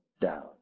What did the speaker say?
down